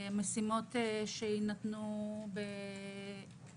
משימות שיינתנו גם